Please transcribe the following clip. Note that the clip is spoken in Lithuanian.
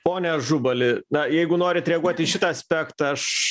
pone ažubali na jeigu norit reaguoti į šitą aspektą aš